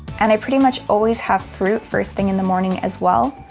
and i pretty much always have fruit first thing in the morning as well.